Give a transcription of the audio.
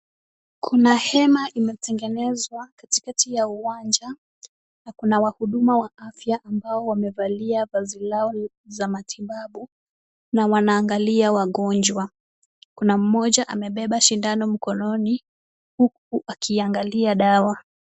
Kuna hema imetengenezwa katikati ya uwanja na kuna wahuduma wa afya ambao wamevalia vazi lao za matibabu na wanaangalia wagonjwa. Kuna mmoja amebeba sindano mkononi huku akiangalia dawa.